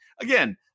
again